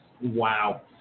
Wow